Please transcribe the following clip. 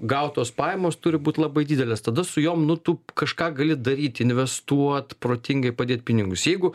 gautos pajamos turi būt labai didelės tada su jom nu tu kažką gali daryt investuot protingai padėt pinigus jeigu